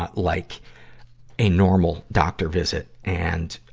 ah like a normal doctor visit. and,